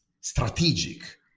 strategic